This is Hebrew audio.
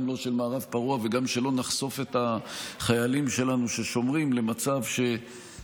גם לא של מערב פרוע וגם שלא נחשוף את החיילים שלנו ששומרים למצב שבנסיבות